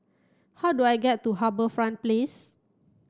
how do I get to HarbourFront Place